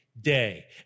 day